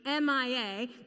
MIA